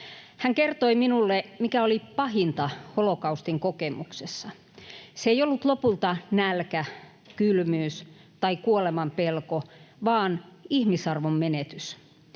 Hän kertoi minulle, mikä oli pahinta holokaustin kokemuksessa. Se ei ollut lopulta nälkä, kylmyys tai kuolemanpelko, vaan ihmisarvon menetys.